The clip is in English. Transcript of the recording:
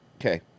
Okay